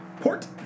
port